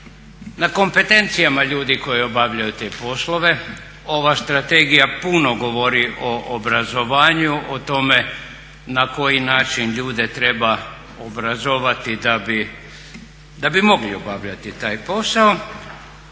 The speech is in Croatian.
na kompetencijama ljudi koji obavljaju te poslove. Ova strategija puno govori o obrazovanju, o tome na koji način ljude treba obrazovati da bi mogli obavljati taj posao,